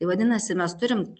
vadinasi mes turim